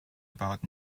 about